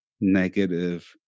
negative